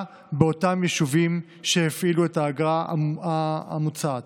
באותם יישובים שהפעילו את האגרה המוצעת.